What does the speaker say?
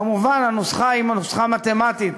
כמובן הנוסחה היא נוסחה מתמטית,